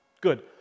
Good